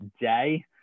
day